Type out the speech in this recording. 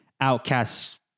outcasts